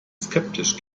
skeptisch